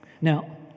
Now